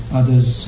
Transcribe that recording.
others